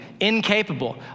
incapable